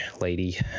lady